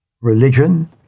religion